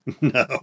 No